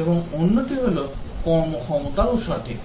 এবং অন্যটি হলো কর্মক্ষমতাও সঠিক